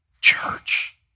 Church